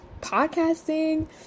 podcasting